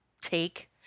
take